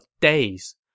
days